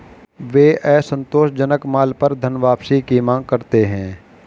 वे असंतोषजनक माल पर धनवापसी की मांग करते हैं